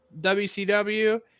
WCW